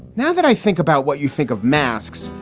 now that i think about what you think of masks,